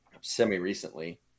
Semi-recently